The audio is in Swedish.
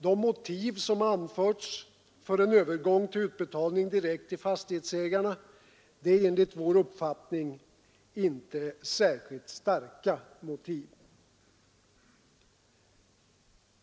De motiv som anförts för en övergång till utbetalning direkt till fastighetsägarna är enligt vår uppfattning inte särskilt starka.